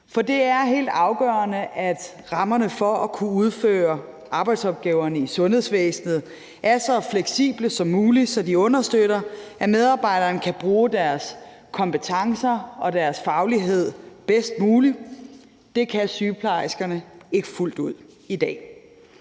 For det er helt afgørende, at rammerne for at kunne udføre arbejdsopgaverne i sundhedsvæsenet er så fleksible som muligt, så de understøtter, at medarbejderne kan bruge deres kompetencer og deres faglighed bedst muligt. Det kan sygeplejerskerne ikke fuldt ud i dag.